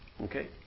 Okay